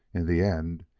in the end,